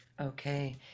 Okay